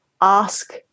ask